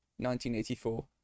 1984